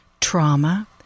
trauma